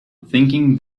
thinking